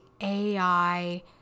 AI